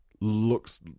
looks